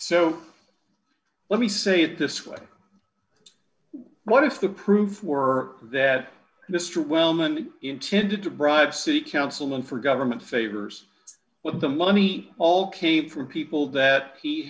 so let me say it this way what if the proof were that mr wellman intended to bribe city councilman for government favors with the money all came from people that he